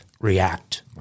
react